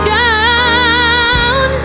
down